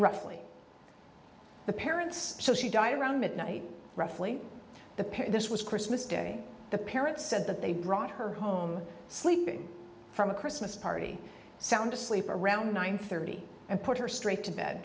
roughly the parents so she died around midnight roughly the period this was christmas day the parents said that they brought her home sleepy from a christmas party sound asleep around nine thirty and put her straight to bed